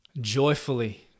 joyfully